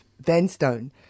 Vanstone